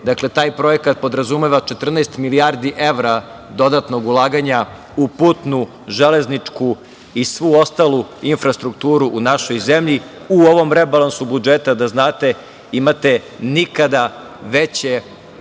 Dakle, taj projekat podrazumeva 14 milijardi evra dodatnog ulaganja u putnu, železničku i svu ostalu infrastrukturu u našoj zemlji. U ovom rebalansu budžeta da znate, imate nikada veće